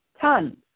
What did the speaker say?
tons